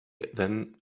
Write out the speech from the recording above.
than